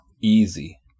easy